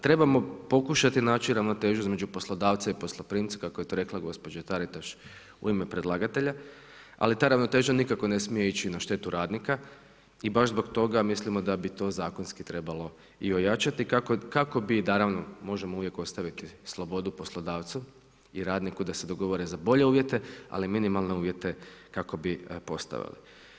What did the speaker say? Trebamo pokušati naći ravnotežu između poslodavca i posloprimca kako je to rekla gospođa Taritaš u ime predlagatelja, ali ta ravnoteža nikako ne smije ići na štetu radnika i baš zbog toga mislimo da bi to zakonski trebalo i ojačati kako bi naravno, možemo uvijek ostaviti slobodu poslodavcu i radniku da se dogovore za bolje uvjete, ali minimalne uvjete kako bi postavili.